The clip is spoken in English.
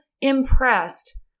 impressed